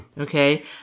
okay